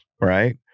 right